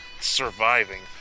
surviving